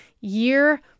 year